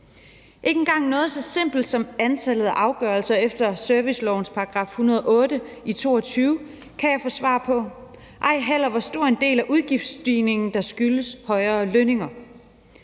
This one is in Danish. Ikke engang noget så simpelt som antallet af afgørelser efter servicelovens § 108 i 2022 kan jeg få svar på, ej heller på, hvor stor en del af udgiftsstigningen der skyldes højere lønninger.